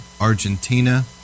Argentina